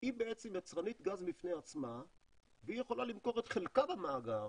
היא בעצם יצרנית גז בפני עצמה והיא יכולה למכור את חלקה במאגר.